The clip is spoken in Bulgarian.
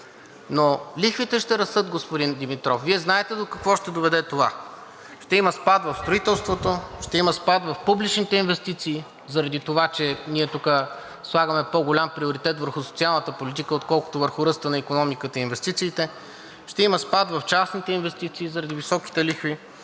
Но лихвите ще растат, господин Димитров. Вие знаете до какво ще доведе това. Ще има спад в строителството, ще има спад в публичните инвестиции заради това, че ние тук слагаме по-голям приоритет върху социалната политика, отколкото върху ръста на икономиката и инвестициите, ще има спад в частните инвестиции заради високите лихви,